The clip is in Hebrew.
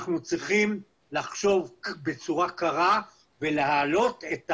אנחנו צריכים לחשוב בצורה קרה ולהעלות את